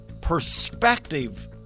perspective